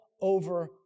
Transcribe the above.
over